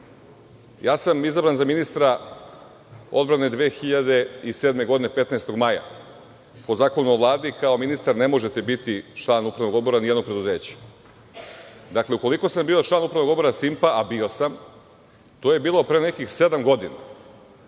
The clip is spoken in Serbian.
sam za ministra odbrane 2007. godine 15. maja po Zakonu o Vladi kao ministar ne možete biti član upravnog odbora nijednog preduzeća. Dakle, ukoliko sam bio član Upravnog odbora „Simpa“, a bio sam, to je bilo pre nekih sedam godina.